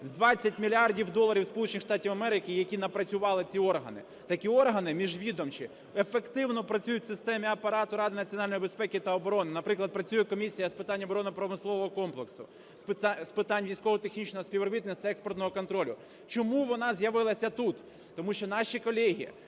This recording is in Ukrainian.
20 мільярдів доларів Сполучених Штати Америки, які напрацювали ці органи. Такі органи, міжвідомчі, ефективно працюють в системі апарату Ради національної безпеки та оборони, наприклад, працює Комісія з питань оборонно-промислового комплексу, з питань військово-технічного співробітництва, експертного контролю. Чому вона з'явилася тут? Тому що наші колеги